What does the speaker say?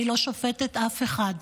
אני לא שופטת אף אחד.